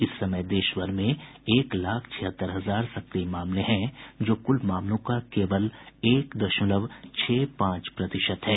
इस समय देश भर में एक लाख छिहत्तर हजार सक्रिय मामले हैं जो कुल मामलों का केवल एक दशमलव छह पांच प्रतिशत है